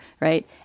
right